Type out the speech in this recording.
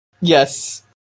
Yes